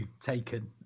taken